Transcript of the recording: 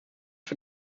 für